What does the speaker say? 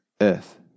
earth